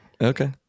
Okay